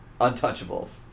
Untouchables